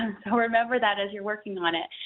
and so remember that as you're working on it.